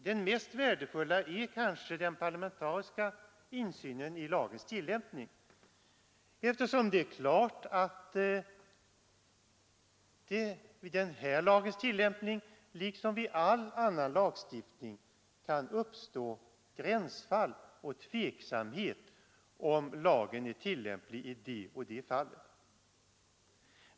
Den mest värdefulla är kanske den parlamentariska insynen i lagens tillämpning, eftersom det här liksom vid all annan lagstiftning kan uppstå gränsfall och tveksamhet om lagen är tillämplig i det och det fallet.